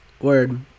Word